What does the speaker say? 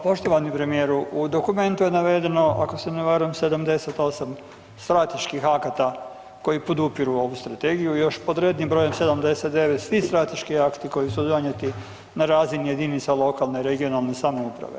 Poštovani premijeru, u dokumentu je navedeno, ako se ne varam, 78 strateških akata koji podupiru ovu strategiju i još pod rednim brojem 79 svi strateški akti koji su donijeti na razini jedinica lokalne i regionalne samouprave.